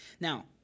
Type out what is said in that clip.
Now